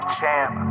Champ